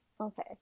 Okay